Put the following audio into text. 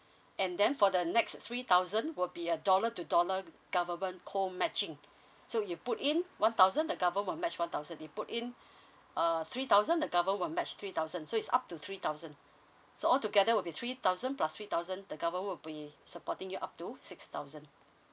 and then for the next three thousand will be a dollar to dollar government call matching so you put in one thousand the government will match one thousand you put in err three thousand the government will match three thousand so it's up to three thousand so altogether will be three thousand plus three thousand the government will be supporting you up to six thousand